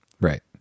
Right